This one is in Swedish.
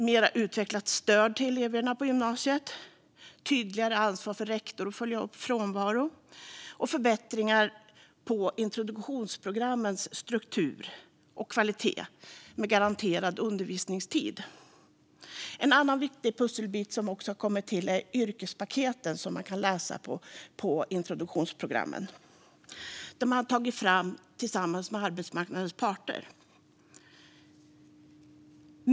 Det handlade om utvecklat stöd till eleverna på gymnasiet och tydligare ansvar för rektor att följa upp frånvaro samt om förbättringar av introduktionsprogrammens struktur och kvalitet med krav på garanterad undervisningstid. En annan viktig pusselbit är de yrkespaket som kan läsas på introduktionsprogrammen. De har tagits fram tillsammans med arbetsmarknadens parter.